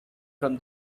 from